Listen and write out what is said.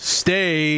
stay